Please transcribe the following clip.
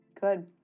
good